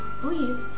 please